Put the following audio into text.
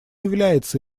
является